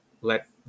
let